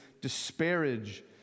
disparage